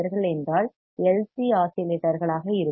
C LC ஆஸிலேட்டர்களாக இருக்கும்